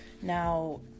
Now